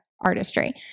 artistry